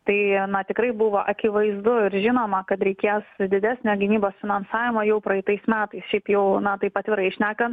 tai na tikrai buvo akivaizdu ir žinoma kad reikės didesnio gynybos finansavimo jau praeitais metais šiaip jau na taip atvirai šnekant